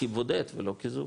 כבודד ולא כזוג,